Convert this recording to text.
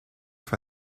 for